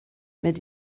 mit